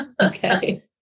Okay